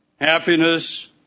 happiness